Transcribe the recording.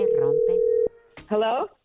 Hello